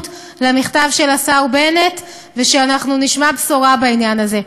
למכתב של השר בנט ואנחנו נשמע בשורה בעניין הזה.